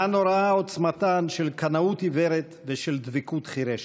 מה נוראה עוצמתן של קנאות עיוורת ושל דבקות חירשת.